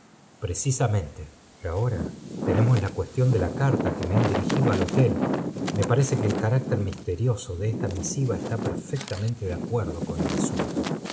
precisamente y ahora tenemos la cuestión de la carta que me han dirigido al hotel me parece que el carácter misterioso de esta misiva está perfectamente de acuerdo con el asunto